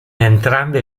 entrambe